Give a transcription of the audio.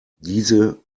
diese